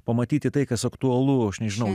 pamatyti tai kas aktualu aš nežinau